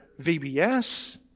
VBS